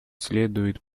следует